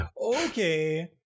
okay